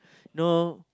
no